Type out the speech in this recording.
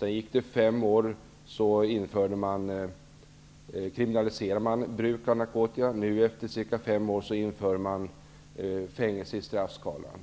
Det gick sedan fem år innan bruket av narkotika kriminaliserades. Efter ytterligare fem år införs fängelse i straffskalan.